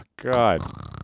God